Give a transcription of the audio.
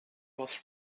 was